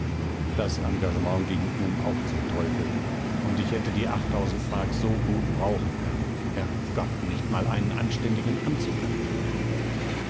das engagement ging nun auch zum teufel und ich hätte die mark so gut brauchen können herrgott nicht mal einen anständigen anzug hat man mehr